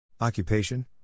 Occupation